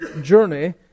journey